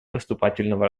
поступательного